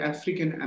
African